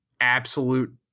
absolute